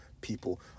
people